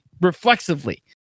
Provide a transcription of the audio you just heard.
reflexively